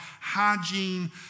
hygiene